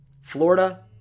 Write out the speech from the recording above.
Florida